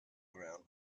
ground